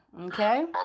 okay